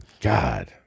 God